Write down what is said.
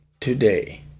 today